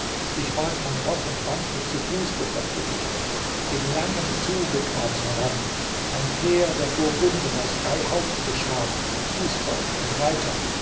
ich barg mein roß und wand mich zu fuß durch das dickicht in langem zuge kam's heran ein heer der burgunden aus drei haufen geschart fußvolk und reiter